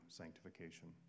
sanctification